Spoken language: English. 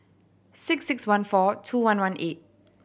six six one four two one one eight